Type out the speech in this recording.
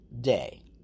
day